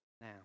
now